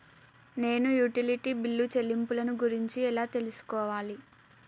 నేను utility bill చెల్లింపులను గురించి ఎలా తెలుసుకోవాలి?